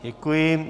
Děkuji.